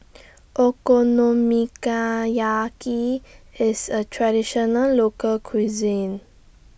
IS A Traditional Local Cuisine